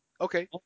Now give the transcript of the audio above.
Okay